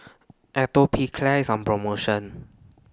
Atopiclair IS on promotion